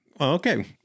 okay